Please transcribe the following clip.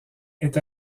est